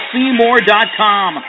Seymour.com